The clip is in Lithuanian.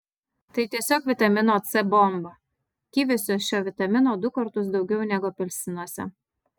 tai tiesiog vitamino c bomba kiviuose šio vitamino du kartus daugiau negu apelsinuose